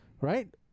Right